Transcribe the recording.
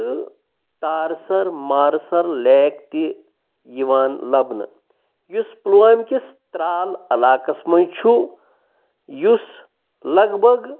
تہٕ تارسَر مارسَل لیک تہِ یِوان لَبنہٕ یُس پُلوام کِس ترٛال علاقَس منٛز چھُ یُس لَگ بَگ